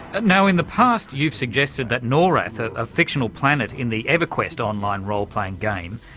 and now in the past you've suggested that norrath, a fictional planet in the everquest online role-playing game,